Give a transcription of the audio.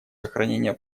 сохранения